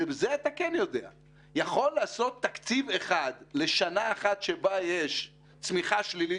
יכול לעשות תקציב אחד לשנה אחת שבה יש צמיחה שלילית